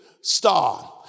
star